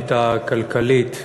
לתוכנית הכלכלית,